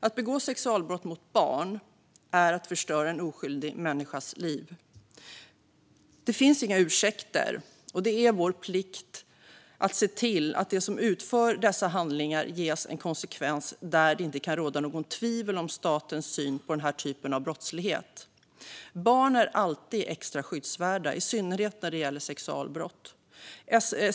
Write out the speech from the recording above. Att begå sexualbrott mot barn är att förstöra en oskyldig människas liv. Det finns inga ursäkter, och det är vår plikt att se till att de som utför dessa handlingar ges en konsekvens där det inte kan råda något tvivel om statens syn på den här typen av brottslighet. Barn är alltid extra skyddsvärda, i synnerhet när det gäller sexualbrott.